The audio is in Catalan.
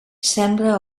sembra